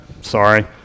sorry